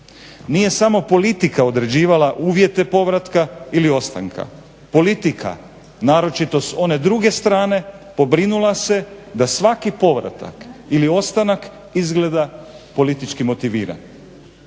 nije samo politika određivala uvjete povratka ili ostanka. Politika naročito s one druge strane pobrinula se da svaki povratak ili ostanak izgleda politički motiviran.